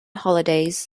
holidays